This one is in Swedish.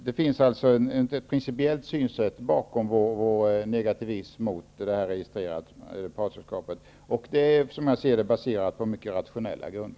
Det finns alltså ett principiellt synsätt bakom vår negativism mot registrerat partnerskap som har mycket rationella grunder.